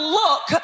look